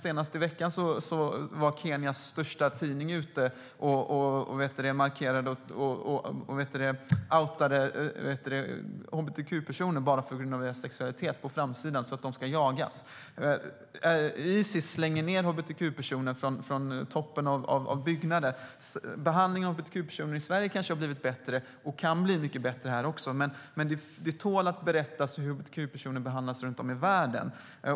Senast i veckan outade Kenyas största tidning hbtq-personer, bara på grund av deras sexualitet, på framsidan så att de ska jagas. Isis slänger ned hbtq-personer från toppen av byggnader. Behandlingen av hbtq-personer i Sverige har kanske blivit bättre - den kan bli mycket bättre här också - men det tål att berättas hur hbtq-personer behandlas runt om i världen.